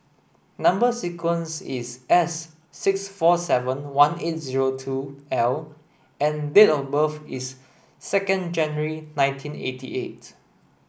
number sequence is S six four seven one eight zero two L and date of birth is second January nineteen eighty eight